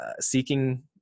seeking